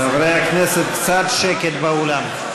חברי הכנסת, קצת שקט באולם.